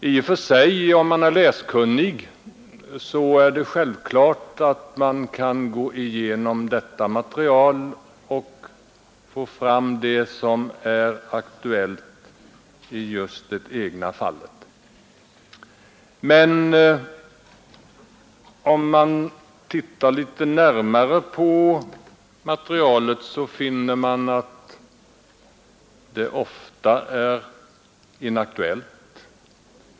I och för sig, om man är läskunnig, är det självklart att man borde kunna gå igenom detta material och få fram det som är tillämpligt i just det egna fallet. Men om man tittar litet närmare på materialet, så finner man ofta att det är inaktuellt.